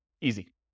Easy